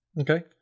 Okay